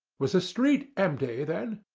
was the street empty then?